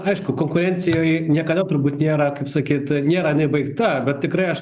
aišku konkurencijoj niekada turbūt nėra kaip sakyt nėra jinai baigta bet tikrai aš